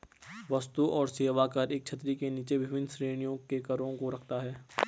वस्तु और सेवा कर एक छतरी के नीचे विभिन्न श्रेणियों के करों को रखता है